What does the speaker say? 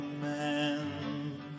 man